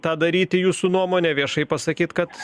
tą daryti jūsų nuomone viešai pasakyt kad